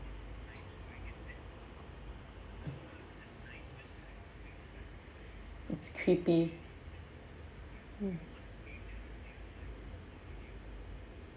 it's creepy mm